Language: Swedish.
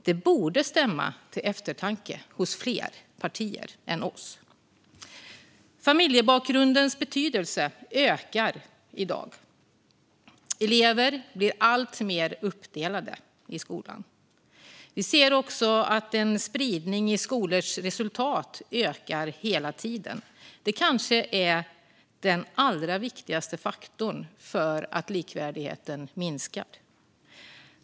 Detta borde stämma till eftertanke hos fler partier än vårt. Familjebakgrundens betydelse ökar i dag. Elever blir alltmer uppdelade i skolan. Vi ser också att spridningen i skolors resultat ökar hela tiden. Det är den kanske viktigaste faktorn bakom att likvärdigheten minskar.